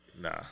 Nah